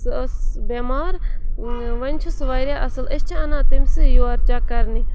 سَہ ٲس بٮ۪مار وَنۍ چھُ سُہ واریاہ اَصٕل أسۍ چھِ اَنان تٔمۍ سٕے یور چَک کَرنہِ